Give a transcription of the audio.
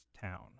town